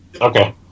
Okay